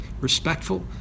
respectful